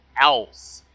else